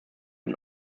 und